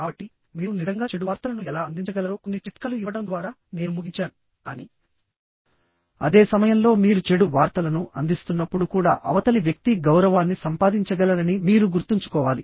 కాబట్టి మీరు నిజంగా చెడు వార్తలను ఎలా అందించగలరో కొన్ని చిట్కాలు ఇవ్వడం ద్వారా నేను ముగించాను కానీ అదే సమయంలో మీరు చెడు వార్తలను అందిస్తున్నప్పుడు కూడా అవతలి వ్యక్తి గౌరవాన్ని సంపాదించగలరని మీరు గుర్తుంచుకోవాలి